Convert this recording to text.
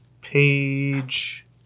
page